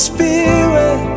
Spirit